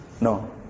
No